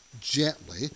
gently